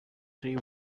three